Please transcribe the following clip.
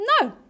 no